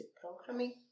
Programming